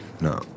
No